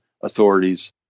authorities